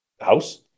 house